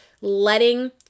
letting